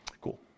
Cool